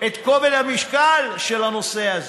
את כובד המשקל של הנושא הזה.